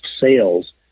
sales